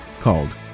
called